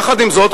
יחד עם זאת,